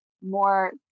more